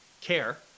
care